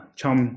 trong